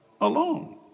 alone